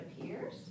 appears